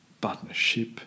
partnership